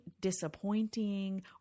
disappointing